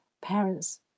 parents